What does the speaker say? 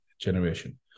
generation